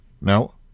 No